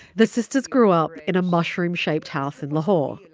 the sisters grew up in a mushroom-shaped house in lahore.